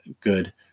good